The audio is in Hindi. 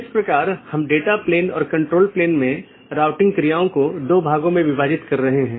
इसलिए हलका करने कि नीति को BGP प्रोटोकॉल में परिभाषित नहीं किया जाता है बल्कि उनका उपयोग BGP डिवाइस को कॉन्फ़िगर करने के लिए किया जाता है